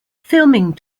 filming